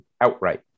outright